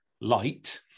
light